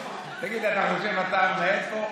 תגיד, אתה חושב שאתה המנהל פה?